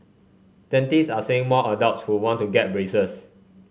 dentists are seeing more adults who want to get braces